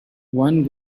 one